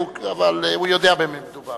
אבל הוא יודע במה מדובר.